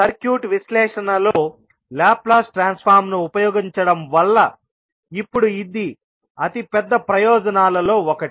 circuit విశ్లేషణలో Laplace transform ను ఉపయోగించడం వల్ల ఇప్పుడు ఇది అతిపెద్ద ప్రయోజనాల్లో ఒకటి